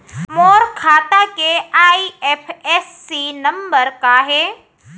मोर खाता के IFSC number का हे?